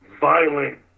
violent